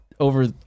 Over